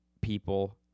people